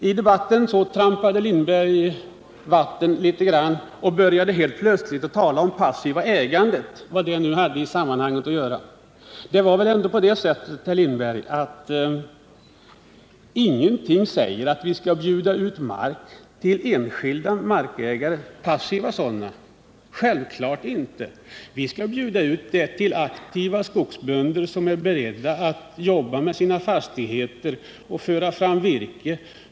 I debatten trampade herr Lindberg vatten litet grand och började helt plötsligt tala om det passiva ägandet, vad det nu hade i sammanhanget att göra. Ingenting säger väl, herr Lindberg, att vi skall bjuda ut marken till enskilda passiva markägare. Självklart inte. Vi skall bjuda ut marken till aktiva skogsbönder, som är beredda att jobba med sina fastigheter och föra fram virket från sitt skogsbruk.